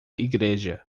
igreja